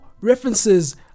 references